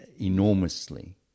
enormously